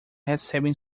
recebem